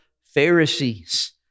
Pharisees